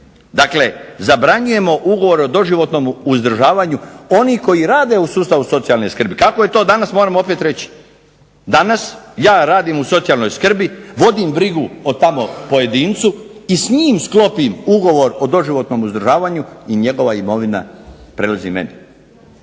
Dakle, zabranjujemo ugovore o doživotnom uzdržavanju onih koji rade u sustavu socijalne skrbi. Kako je to danas moram opet reći. Danas ja radim u socijalnoj skrbi, vodim brigu o tamo pojedincu i s njim sklopim ugovor o doživotnom uzdržavanju i njegova imovina prelazi meni.